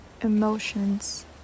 emotions